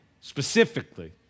specifically